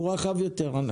הוא רחב יותר.